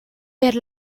per